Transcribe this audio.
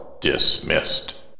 dismissed